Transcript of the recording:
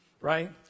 right